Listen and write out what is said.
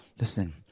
listen